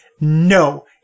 no